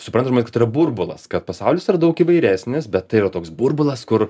suprantama ir tai kad yra burbulas kad pasaulis yra daug įvairesnis bet tai yra toks burbulas kur